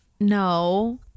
no